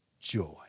joy